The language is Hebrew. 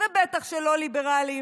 ובטח שלא ליברלים.